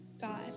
God